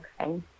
Okay